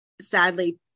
sadly